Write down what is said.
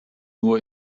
nur